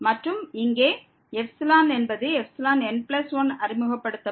மற்றும் இங்கே என்பது n1அறிமுகப்படுத்தப்படும்